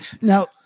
Now